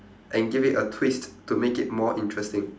and give it a twist to make it more interesting